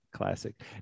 classic